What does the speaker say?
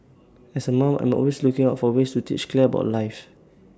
as A mom I'm always looking out for ways to teach Claire about life